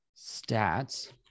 stats